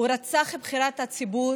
הוא רצח את בחירת הציבור,